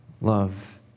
love